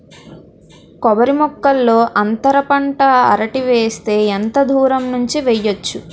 కొబ్బరి మొక్కల్లో అంతర పంట అరటి వేస్తే ఎంత దూరం ఉంచి వెయ్యొచ్చు?